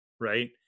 right